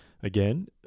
Again